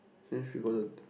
since she got the